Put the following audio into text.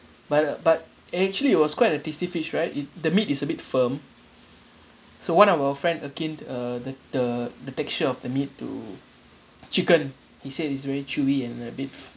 but but actually it was quite a tasty fish right it the meat is a bit firm so one of our friend skinned uh that uh the texture of the meat to chicken he said it's very chewy and a bit